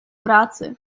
práce